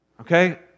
Okay